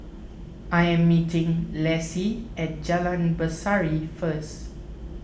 I am meeting Lessie at Jalan Berseri first